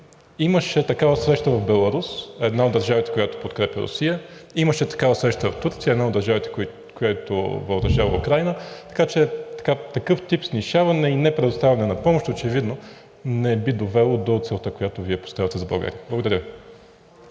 Имаше такава среща в Беларус – една от държавите, която подкрепя Русия. Имаше такава среща в Турция – една от държавите, която въоръжава Украйна. Такъв тип снишаване и непредоставяне на помощ очевидно не би довело до целта, която Вие поставяте за България. Благодаря.